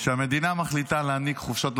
כשהמדינה מחליטה להעניק חופשות לחיילים,